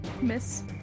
Miss